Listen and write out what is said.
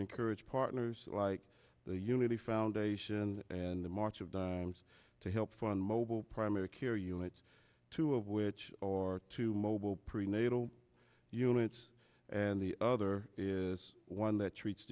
encourage partners like the unity foundation and the march of dimes to help fund mobile primary care units two of which are two mobile prenatal units and the other is one that treats